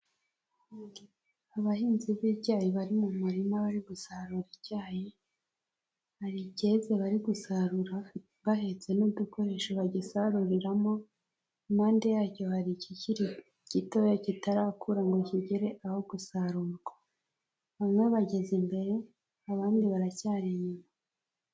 Abahinzi b'icyayi bari mu murima bari gusarura icyayi. Hari ikeze bari gusarura bahetse n'udukoresho bagisaruriramo. Impande yacyo hari ikikiri gitoya kitarakura ngo kigere aho gusarurwa. Bamwe bageze imbere abandi baracyari inyuma.